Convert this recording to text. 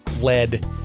led